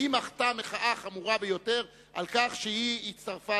והיא מחתה מחאה חמורה ביותר על כך שהיא הצטרפה